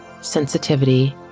sensitivity